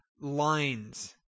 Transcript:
lines